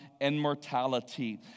immortality